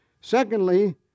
Secondly